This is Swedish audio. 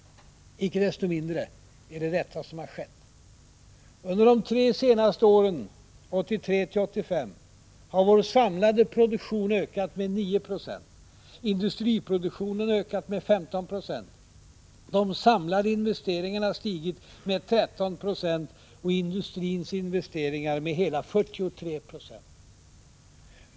Icke desto mindre är detta vad som skett. Under de tre senaste åren - 1983-1985 — har vår samlade produktion ökat med 9 96, industriproduktionen ökat med 15 26, de samlade investeringarna stigit med 13 96 och industrins investeringar ökat med hela 43 96.